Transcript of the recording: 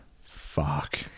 Fuck